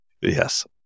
yes